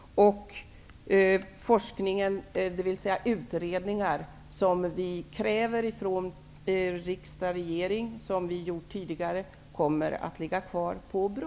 Forskning och utredningar, som bl.a. vi från riksdagens och regeringens sida kräver, kommer att ligga kvar på BRÅ.